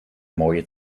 mooie